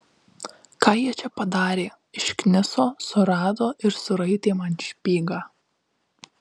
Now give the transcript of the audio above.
ką jie čia padarė iškniso surado ir suraitė man špygą